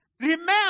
Remember